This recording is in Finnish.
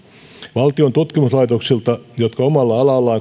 valtion tutkimuslaitoksilta jotka omalla alallaan